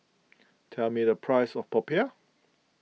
tell me the price of Popiah